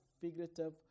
figurative